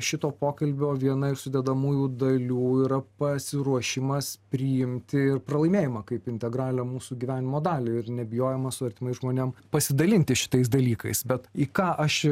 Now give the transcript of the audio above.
šito pokalbio viena iš sudedamųjų dalių yra pasiruošimas priimti pralaimėjimą kaip integralią mūsų gyvenimo dalį ir nebijojimą su artimais žmonėm pasidalinti šitais dalykais bet į ką aš